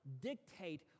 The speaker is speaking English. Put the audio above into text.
dictate